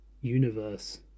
universe